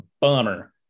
Bummer